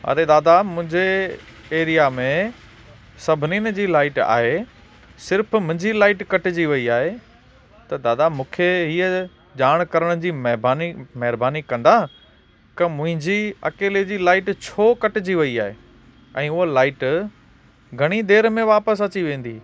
अरे दादा मुंहिंजे एरिया में सभिनीनि जी लाईट आहे सिर्फ़ु मुंहिंजी लाईट कटिजी वई आहे त दादा मूंखे हीअ जाण करण जी मैबानी महिरबानी कंदा क मुंहिंजी अकेले जी लाईट छो कटिजी वई आहे ऐं उहा लाईट घणी देरि में वापसि अची वेंदी